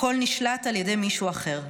הכול נשלט על ידי מישהו אחר.